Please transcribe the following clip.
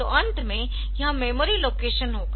तो अंत में यह मेमोरी लोकेशन होगा